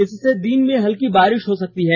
इससे दिन में हल्की बारिश हो सकती है